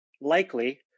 likely